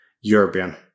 European